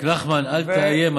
רק נחמן, אל תאיים.